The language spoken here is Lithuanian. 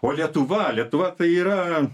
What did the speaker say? o lietuva lietuva tai yra